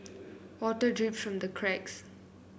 water drips from the cracks